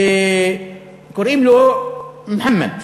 וקוראים לו מוחמד,